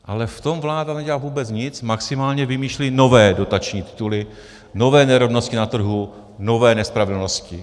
Ale v tom vláda nedělá vůbec nic, maximálně vymýšlí nové dotační tituly, nové nerovnosti na trhu, nové nespravedlnosti.